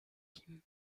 team